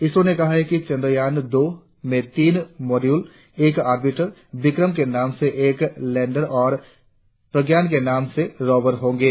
इसरो ने कहा है कि चंद्रयान दो में तीन मोड्यूल एक ऑर्बिटर विक्रम के नाम से एक लैंडर और प्रज्ञान के नाम से रोवर होंगे